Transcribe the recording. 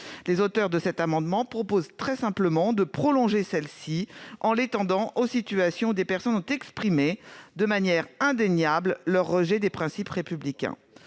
Les auteurs de cet amendement proposent très simplement de prolonger celle-ci en l'étendant aux situations des personnes ayant exprimé de manière indéniable leur rejet des principes républicains.